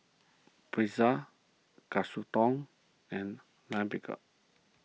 Pretzel Katsudon and Lime Pickle